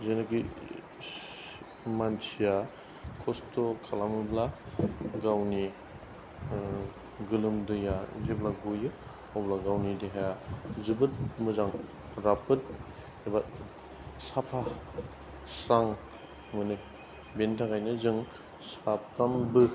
जेन बे मानसिया खस्थ' खालामोब्ला गावनि गोलोमदैया जेब्ला गयो अब्ला गावनि देहाया जोबोद मोजां राफोद एबा साफा स्रां मोनो बेनि थाखायनो जों साफ्रामबो